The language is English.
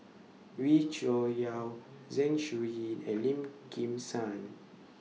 Wee Cho Yaw Zeng Shouyin and Lim Kim San